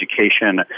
education